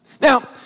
Now